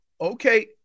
okay